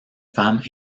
femme